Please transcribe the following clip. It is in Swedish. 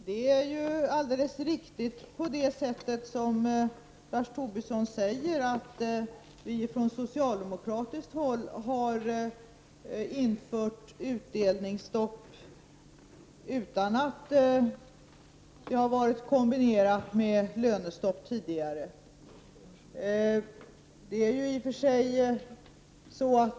Herr talman! Det är alldeles riktigt som Lars Tobisson säger, att vi från socialdemokratiskt håll har infört utdelningsstopp tidigare utan att det har varit kombinerat med lönestopp.